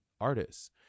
artists